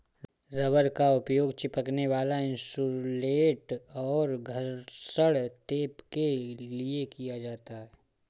rubber का उपयोग चिपकने वाला इन्सुलेट और घर्षण टेप के लिए किया जाता है